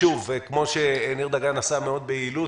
כפי שניר דגן עשה מאוד ביעילות,